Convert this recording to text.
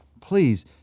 Please